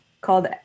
called